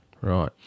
Right